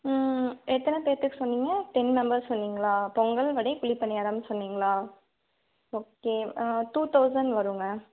ம் எத்தனை பேருத்துக்கு சொன்னீங்க டென் மெம்பர்ஸ் சொன்னீங்களா பொங்கல் வடை குழிபணியாரம் சொன்னீங்களா ஓகே டூ டவுசண்ட் வருங்க